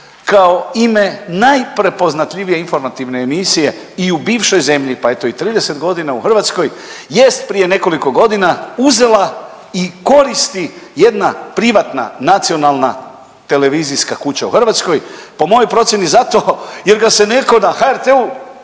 kao ime najprepoznatljivije informativne emisije i u bivšoj zemlji pa eto i 30 godina u Hrvatskoj jest prije nekoliko godina uzela i koristi jedna privatna nacionalna tv kuća u Hrvatskoj. Po mojoj procjeni zato jer ga se netko na HRT-u